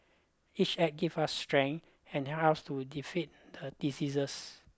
each act gave us strength and helped us to defeat the diseases